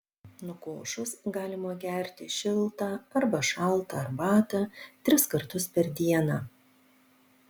nukošus galima gerti šiltą arba šaltą arbatą tris kartus per dieną